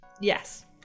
Yes